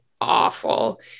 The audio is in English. awful